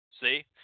See